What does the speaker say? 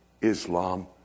Islam